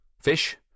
fish